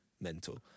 Mental